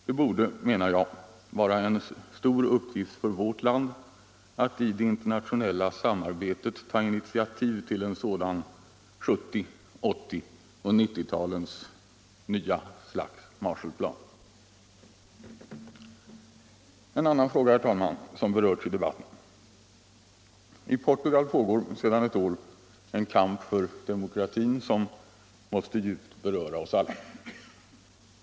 Det borde vara en stor uppgift för vårt land att i det internationella samarbetet ta initiativ till en sådan 1970-, 1980 och 1990-talens nya Marshallplan. En annan fråga, herr talman, som berörts i debatten: I Portugal pågår sedan ett år en kamp för demokratin, som djupt måste beröra oss alla.